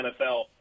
NFL